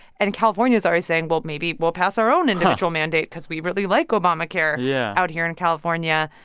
and california's already saying, well, maybe we'll pass our own individual mandate because we really like obamacare. yeah. out here in california.